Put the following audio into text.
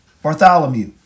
Bartholomew